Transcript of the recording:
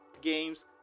games